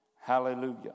Hallelujah